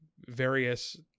various